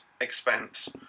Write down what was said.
expense